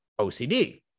OCD